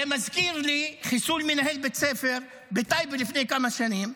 זה מזכיר לי חיסול מנהל בית ספר בטייבה לפני כמה שנים,